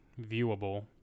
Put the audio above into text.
viewable